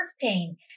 pain